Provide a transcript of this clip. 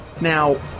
Now